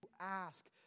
ask